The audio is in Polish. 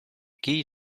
kij